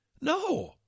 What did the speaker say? No